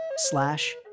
slash